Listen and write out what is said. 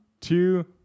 two